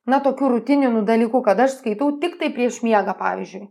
na tokiu rutininu dalyku kad aš skaitau tiktai prieš miegą pavyzdžiui